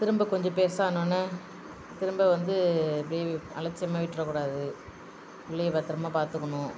திரும்ப கொஞ்ச பெருசாகனோன்ன திரும்ப வந்து இப்படி அலட்சியமா விட்டுற கூடாது பிள்ளைய பத்ரமாக பார்த்துக்குணும்